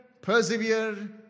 persevere